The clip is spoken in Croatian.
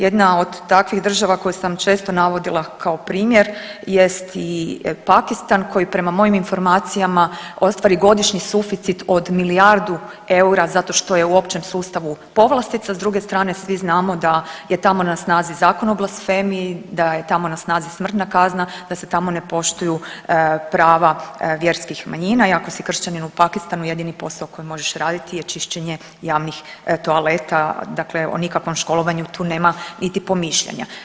Jedna od takvih država koje sam često navodila kao primjer jest i Pakistan koji prema mojim informacijama ostvari godišnji suficit od milijardu eura zato što je u općem sustavu povlastica, s druge strane svi znamo da je tamo na snazi zakon o blasfemiji, da je tamo na snazi smrtna kazna, da se tamo ne poštuju prava vjerskih manjina i ako si kršćanin u Pakistanu jedini posao koji možeš raditi je čišćenje javnih toaleta, dakle o nikakvom školovanju tu nema niti pomišljanja.